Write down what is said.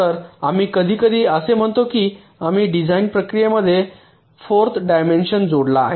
तर आम्ही कधीकधी असे म्हणतो की आम्ही डिझाइन प्रक्रियेमध्ये फोर्थ डायमेंशन जोडला आहे